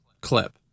clip